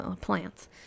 plants